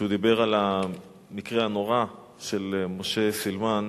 שדיבר על המקרה של משה סילמן,